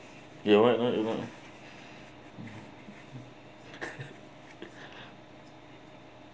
you're right